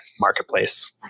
marketplace